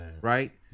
right